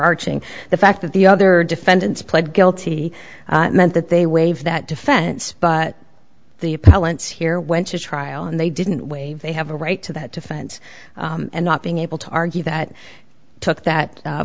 arching the fact that the other defendants pled guilty meant that they waive that defense but the appellant's here went to trial and they didn't wait they have a right to that defense and not being able to argue that took that